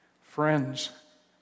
Friends